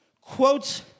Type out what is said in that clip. quotes